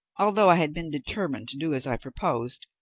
although i had been determined to do as i proposed,